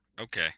okay